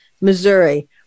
Missouri